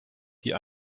die